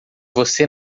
você